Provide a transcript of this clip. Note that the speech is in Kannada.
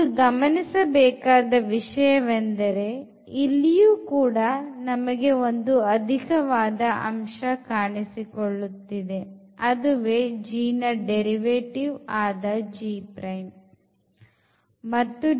ಒಂದು ಗಮನಿಸಬೇಕಾದ ವಿಷಯವೆಂದರೆ ಇಲ್ಲಿಯೂ ಕೂಡ ನಮಗೆ ಒಂದು ಅಧಿಕವಾದ ಅಂಶ ಕಾಣಿಸಿಕೊಳ್ಳುತ್ತದೆ ಅದುವೇ g ನ derivative ಆದ g ಪ್ರೈಮ್ ಮತ್ತು dt